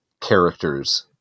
characters